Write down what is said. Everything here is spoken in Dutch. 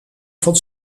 van